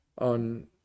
on